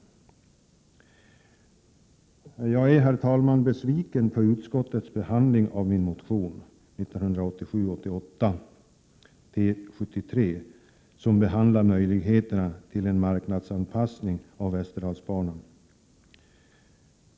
Herr talman! Jag är besviken på utskottets behandling av min motion 1987/88:T73 som gäller möjligheterna till en marknadsanpassning av Västerdalsbanan.